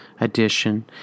edition